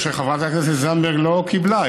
כנראה חברת הכנסת זנדברג לא קיבלה,